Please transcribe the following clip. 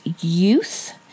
youth